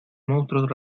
monstruos